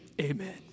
amen